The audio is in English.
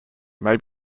may